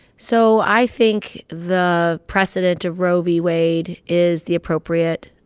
so i think the precedent of roe v. wade is the appropriate